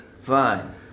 Fine